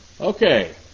okay